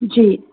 जी